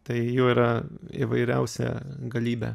tai jų yra įvairiausia galybė